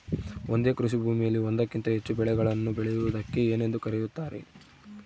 ಒಂದೇ ಕೃಷಿಭೂಮಿಯಲ್ಲಿ ಒಂದಕ್ಕಿಂತ ಹೆಚ್ಚು ಬೆಳೆಗಳನ್ನು ಬೆಳೆಯುವುದಕ್ಕೆ ಏನೆಂದು ಕರೆಯುತ್ತಾರೆ?